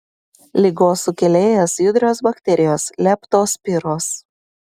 ligos sukėlėjas judrios bakterijos leptospiros